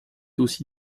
aussi